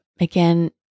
Again